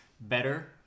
better